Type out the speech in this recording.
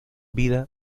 vida